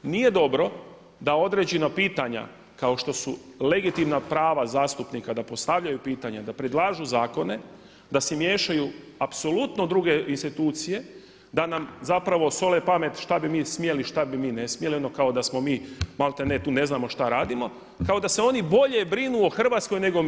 Nije dobro da određena pitanja kao što su legitimna prava zastupnika da postavljaju pitanja, da predlažu zakone, da se miješaju u apsolutno druge institucije, da nam sole pamet što bi mi smjeli, što bi mi ne smjeli ono kao da smo mi malte ne tu ne znamo šta radimo, kao da se oni bolje brinu o Hrvatskoj nego mi.